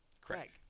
Craig